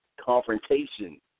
confrontation